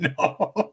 No